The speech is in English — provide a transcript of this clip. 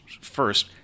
first